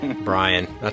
Brian